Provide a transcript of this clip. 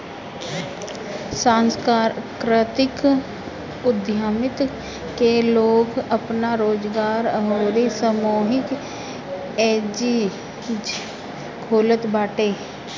सांस्कृतिक उद्यमिता में लोग आपन रोजगार अउरी सामूहिक एजेंजी खोलत बाटे